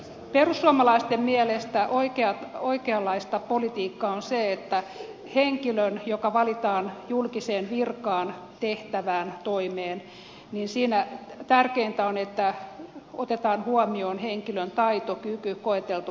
perussuomalaisten mielestä oikeanlaista politiikkaa on se että kun valitaan henkilöä julkiseen virkaan tehtävään toimeen niin siinä tärkeintä on että otetaan huomioon henkilön taito kyky koeteltu kansalaiskunto